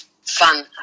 fun